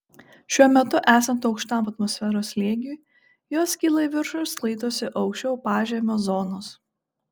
šiuo metu esant aukštam atmosferos slėgiui jos kyla į viršų ir sklaidosi aukščiau pažemio zonos